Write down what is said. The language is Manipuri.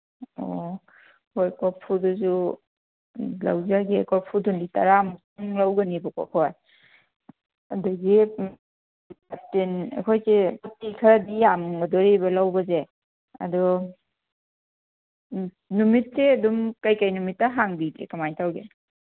ꯑꯣ ꯍꯣꯏ ꯀꯣꯔꯐꯨꯗꯨꯁꯨ ꯂꯧꯖꯒꯦ ꯀꯣꯔꯐꯨꯗꯨꯗꯤ ꯇꯔꯥꯃꯨꯛꯇꯪ ꯂꯧꯒꯅꯤꯕꯀꯣ ꯑꯩꯈꯣꯏ ꯑꯗꯒꯤ ꯇꯤꯟ ꯑꯩꯈꯣꯏꯒꯤ ꯄꯣꯠꯇꯤ ꯈꯔꯗꯤ ꯌꯥꯝꯒꯗꯣꯔꯤꯕ ꯂꯧꯕꯁꯦ ꯑꯗꯨ ꯅꯨꯃꯤꯠꯁꯦ ꯑꯗꯨꯝ ꯀꯔꯤ ꯀꯔꯤ ꯅꯨꯃꯤꯠ ꯍꯥꯡꯕꯤꯒꯦ ꯀꯃꯥꯏꯅ ꯇꯧꯒꯦ